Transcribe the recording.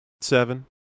Seven